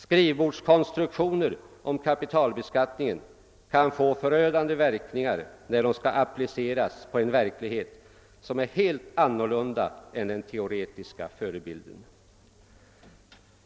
Skrivbordskonstruktioner om kapitalbeskattningen kan få förödande verkningar då de appliceras på en verklighet som ser helt annorlunda ut än den teoretiska förebilden.